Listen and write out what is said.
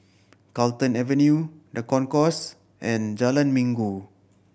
Carlton Avenue The Concourse and Jalan Minggu